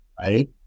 right